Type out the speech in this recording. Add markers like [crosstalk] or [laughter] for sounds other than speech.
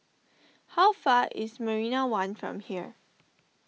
how far is Marina one from here [noise]